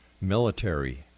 Military